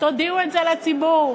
תודיעו את זה לציבור.